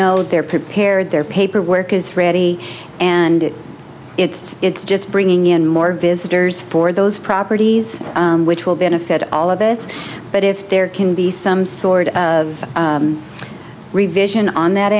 know they're prepared their paperwork is ready and it's it's just bringing in more visitors for those properties which will benefit all of this but if there can be some sort of revision on that